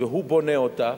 והוא בונה בה,